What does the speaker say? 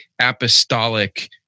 Apostolic –